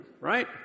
Right